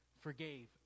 forgave